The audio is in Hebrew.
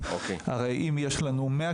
האם מפעל הפיס,